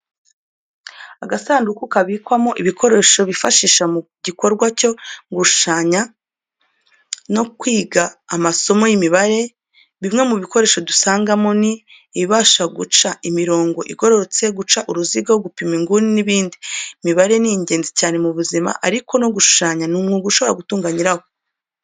Agasanduku kabikwamo ibikoresho bifashisha mu gikorwa cyo gushushanya ndetse no kwiga amasomo y'imibare. Bimwe mu bikoresho dusangamo, ni ibifasha guca imirongo igororotse, guca uruziga, gupima inguni n'ibindi. Imibare ni ingenzi cyane mu buzima ariko no gushushanya ni umwuga ushobora gutunga nyirawo.